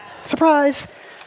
Surprise